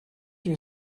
you